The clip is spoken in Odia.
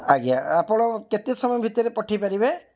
ଆଜ୍ଞା ଆପଣ କେତେ ସମୟ ଭିତରେ ପଠାଇ ପାରିବେ